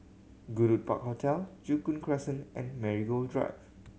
Goodwood Park Hotel Joo Koon Crescent and Marigold Drive